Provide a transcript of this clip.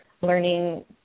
learning